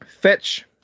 Fetch